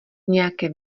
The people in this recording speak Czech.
nějaké